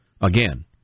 Again